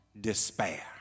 despair